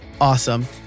awesome